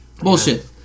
Bullshit